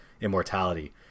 immortality